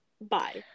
Bye